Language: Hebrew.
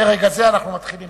מרגע זה אנחנו מתחילים.